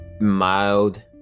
mild